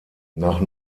nach